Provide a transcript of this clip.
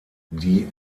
die